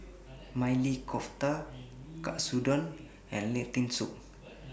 Maili Kofta Katsudon and Lentil Soup